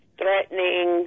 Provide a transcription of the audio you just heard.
threatening